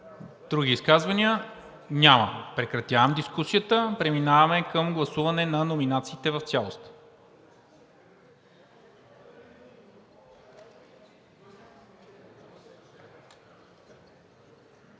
Други изказвания? Няма. Прекратявам дискусията. Преминаваме към гласуване на номинациите в цялост.